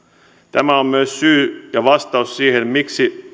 tämä on myös syy ja vastaus siihen miksi